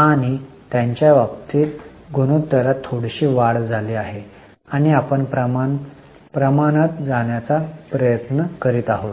आणि त्यांच्या बाबतीत गुणोत्तरात थोडीशी वाढ झाली आहे आणि आपण प्रमाण प्रमाणात जाण्याचा प्रयत्न करीत आहोत